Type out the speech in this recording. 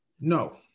No